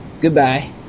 Goodbye